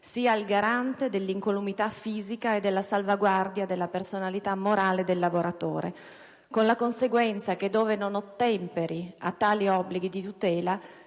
sia il garante dell'incolumità fisica e della salvaguardia della personalità morale del lavoratore, con la conseguenza che, ove egli non ottemperi agli obblighi di tutela,